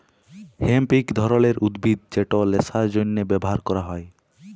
hemp ইক ধরলের উদ্ভিদ যেট ল্যাশার জ্যনহে ব্যাভার ক্যরা হ্যয়